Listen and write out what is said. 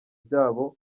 byabo